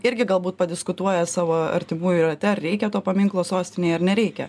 irgi galbūt padiskutuoja savo artimųjų rate ar reikia to paminklo sostinėje ar nereikia